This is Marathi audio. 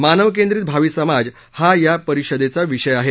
मानव केंद्रित भावी समाज हा या परिषदेचा विषय हे